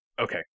Okay